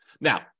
Now